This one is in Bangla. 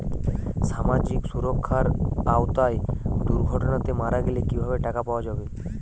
সামাজিক সুরক্ষার আওতায় দুর্ঘটনাতে মারা গেলে কিভাবে টাকা পাওয়া যাবে?